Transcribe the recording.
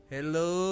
Hello